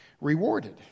rewarded